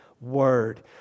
word